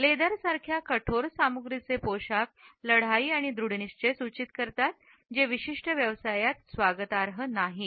leather सारख्या कठोर सामग्रीचे पोशाख लढाई आणि दृढनिश्चय सूचित होते जे विशिष्ट व्यवसायात स्वागतार्ह नाहीत